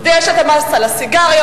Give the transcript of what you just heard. ויש את המס על הסיגריות,